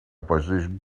position